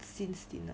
since dinner